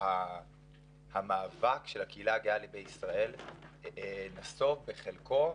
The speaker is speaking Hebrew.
המאבק של הקהילה הגאה בישראל נסוב בחלקו,